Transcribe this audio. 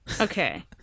Okay